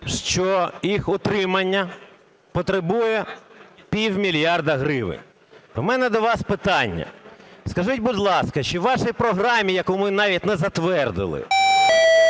що їх утримання потребує півмільярда гривень. У мене до вас питання. Скажіть, будь ласка, чи у вашій програмі, яку ми навіть не затвердили,